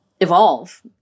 evolve